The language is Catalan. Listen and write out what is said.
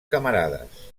camarades